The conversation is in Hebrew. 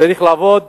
צריך לעבוד